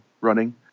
running